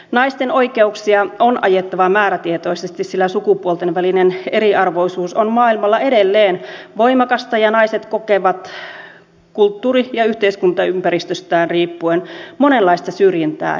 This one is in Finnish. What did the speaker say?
naisten oikeuksia on ajettava määrätietoisesti sillä sukupuolten välinen eriarvoisuus on maailmalla edelleen voimakasta ja naiset kokevat kulttuuri ja yhteiskuntaympäristöstään riippuen monenlaista syrjintää ja väkivaltaa